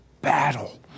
battle